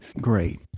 Great